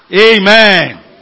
Amen